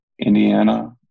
Indiana